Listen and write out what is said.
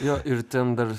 jo ir ten dar